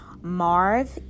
Marv